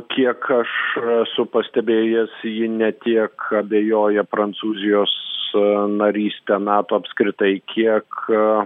kiek aš esu pastebėjęs ji ne tiek abejoja prancūzijos naryste nato apskritai kiek